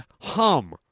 hum